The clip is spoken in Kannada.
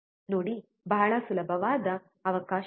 ನೋಡಿ ಬಹಳ ಸುಲಭವಾದ ಅವಕಾಶವಿದೆ